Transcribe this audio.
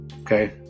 okay